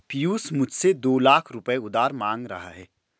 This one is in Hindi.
पियूष मुझसे दो लाख रुपए उधार मांग रहा है